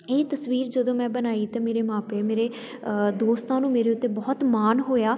ਇਹ ਤਸਵੀਰ ਜਦੋਂ ਮੈਂ ਬਣਾਈ ਤੇ ਮੇਰੇ ਮਾਪੇ ਮੇਰੇ ਦੋਸਤਾਂ ਨੂੰ ਮੇਰੇ ਉੱਤੇ ਬਹੁਤ ਮਾਣ ਹੋਇਆ